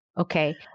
Okay